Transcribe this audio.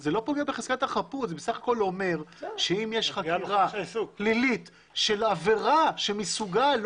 זה בסך הכול אומר שאם יש חקירה פלילית של עבירה שמסוגה-